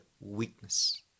weakness